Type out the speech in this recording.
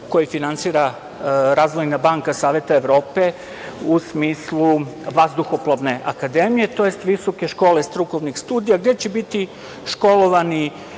koje finansira Razvojna banka Saveta Evrope u smislu vazduhoplovne akademije, tj. Visoke škole strukovnih studija gde će biti školovani